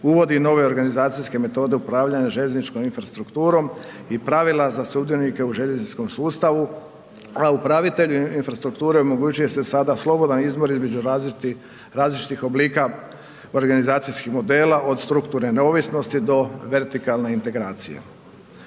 uvodi nove organizacijske metode upravljanja željezničkom infrastrukturom i pravila za sudionike u željezničkog sustavu, a upravitelju infrastrukture omogućuje se sada slobodan izbor između različitih oblika organizacijskih modela, od strukturne neovisnosti do vertikalne integracije.